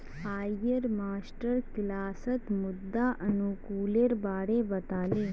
अयेज मास्टर किलासत मृदा अनुकूलेर बारे बता ले